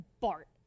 Bart